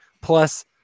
plus